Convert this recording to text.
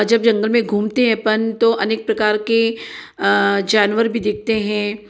जब जंगल में घूमते हैं अपन तो अनेक प्रकार के जानवर भी देखते हैं